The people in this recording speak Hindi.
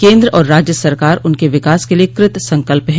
केन्द्र और राज्य सरकार उनके विकास के लिए कृत संकल्प है